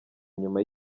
nyuma